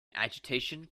agitation